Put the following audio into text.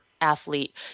Athlete